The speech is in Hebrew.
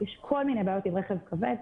יש כל מיני בעיות עם רכב כבד.